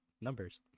Numbers